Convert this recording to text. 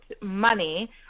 money